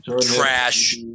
trash